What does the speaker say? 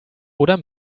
oder